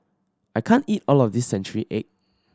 I can't eat all of this century egg